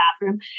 bathroom